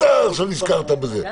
עכשיו נזכרת בזה.